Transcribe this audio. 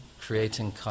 creating